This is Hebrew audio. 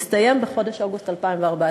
מסתיים בחודש אוגוסט 2014. בסדר גמור.